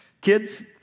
Kids